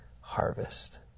harvest